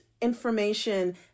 information